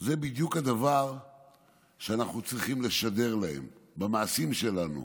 זה בדיוק הדבר שאנחנו צריכים לשדר להם במעשים שלנו,